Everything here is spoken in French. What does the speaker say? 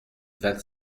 vingt